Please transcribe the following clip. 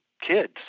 kids